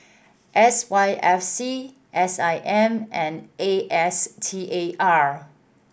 S Y F C S I M and A S T A R